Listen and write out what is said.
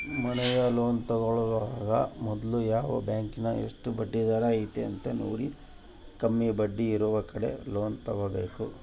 ಮನೆಯ ಲೋನ್ ತೆಗೆದುಕೊಳ್ಳುವಾಗ ಮೊದ್ಲು ಯಾವ ಬ್ಯಾಂಕಿನಗ ಎಷ್ಟು ಬಡ್ಡಿದರ ಐತೆಂತ ನೋಡಿ, ಕಮ್ಮಿ ಬಡ್ಡಿಯಿರುವ ಕಡೆ ಲೋನ್ ತಗೊಬೇಕು